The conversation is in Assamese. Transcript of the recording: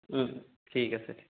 ওম ঠিক আছে